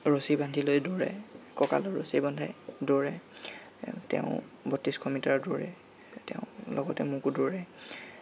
ৰছী বান্ধিলৈ দৌৰাই কঁকালৰ ৰছী বান্ধাই দৌৰাই তেওঁ বত্ৰিছশ মিটাৰ দৌৰে তেওঁ লগতে মোকো দৌৰাই